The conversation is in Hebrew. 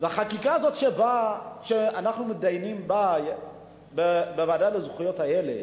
בחקיקה הזאת שאנחנו מתדיינים בה בוועדה לזכויות הילד